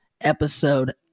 episode